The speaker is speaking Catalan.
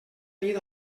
nit